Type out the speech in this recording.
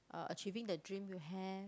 uh achieving the dream you have